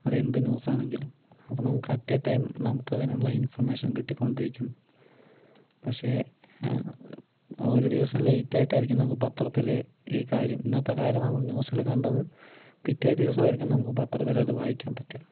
അത് എന്ത് ന്യൂസ് ആണെങ്കിലും അത് നമുക്ക് അറ്റ് എ ടൈം നമുക്ക് അതിൽ നിന്ന് ഇൻഫോർമേഷൻ കിട്ടികൊണ്ട് ഇരിക്കും പക്ഷെ ഒരു ദിവസം ലേറ്റ് ആയിട്ട് ആയിരിക്കും നമുക്ക് പത്രത്തില് ഈ കാര്യം ഇന്നത്തെ കാര്യം നമ്മള് ന്യൂസില് കണ്ടത് പിറ്റേ ദിവസം ആയിരിക്കും നമുക്ക് പത്രത്തില് അത് വായിക്കാൻ പറ്റുക